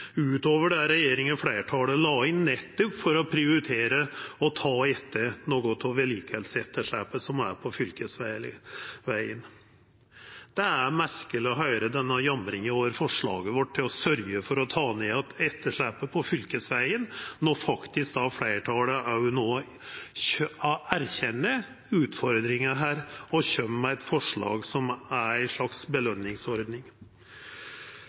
utover det regjeringa og fleirtalet la inn, nettopp for å prioritera og ta att noko av vedlikehaldsetterslepet på fylkesvegane. Det er merkeleg å høyra denne jamringa over forslaget vårt om å sørgja for å ta ned att etterslepet på fylkesvegane, når fleirtalet faktisk no erkjenner utfordringa og kjem med eit forslag som er ei slags belønningsordning.